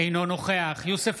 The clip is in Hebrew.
אינו נוכח יוסף